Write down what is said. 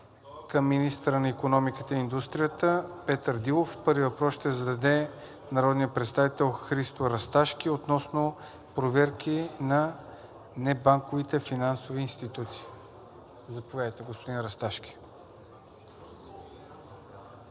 към министъра на икономиката и индустрията Петър Дилов. Първият въпрос ще зададе народният представител Христо Расташки – относно проверки на небанковите финансови институции. Заповядайте, господин Расташки.